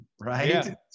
right